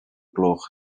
gloch